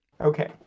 okay